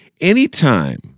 Anytime